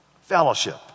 Fellowship